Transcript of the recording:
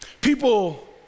People